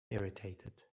irritated